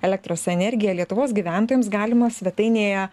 elektros energiją lietuvos gyventojams galima svetainėje